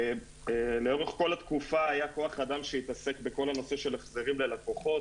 לאורך כל התקופה היה כוח אדם שהתעסק בנושא של החזרים ללקוחות.